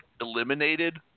eliminated